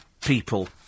people